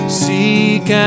seek